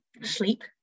sleep